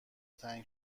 تنگ